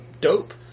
dope